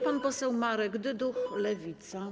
Pan poseł Marek Dyduch, Lewica.